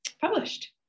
published